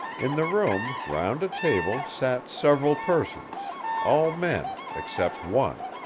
in the room, round a table, sat several persons all men except one.